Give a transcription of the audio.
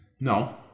No